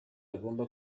agomba